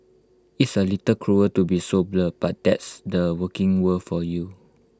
it's A little cruel to be so blunt but that's the working world for you